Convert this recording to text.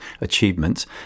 achievements